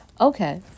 Okay